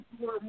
more